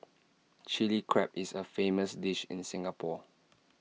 Chilli Crab is A famous dish in Singapore